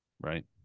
right